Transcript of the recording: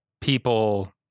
people